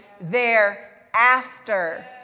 thereafter